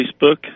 Facebook